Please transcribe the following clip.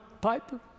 Piper